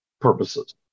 purposes